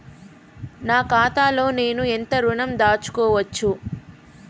నా ఖాతాలో నేను ఎంత ఋణం దాచుకోవచ్చు?